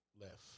left